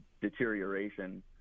deterioration